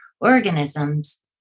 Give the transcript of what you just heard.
organisms